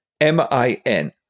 M-I-N